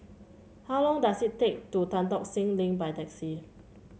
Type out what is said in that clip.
how long does it take to Tan Tock Seng Link by taxi